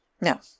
No